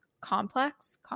complex